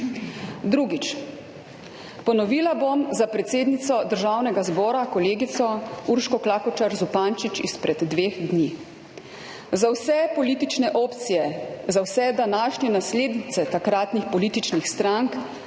Drugič. Ponovila bom za predsednico Državnega zbora, kolegico Urško Klakočar Zupančič izpred dveh dni: za vse politične opcije, za vse današnje naslednice takratnih političnih strank